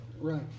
Right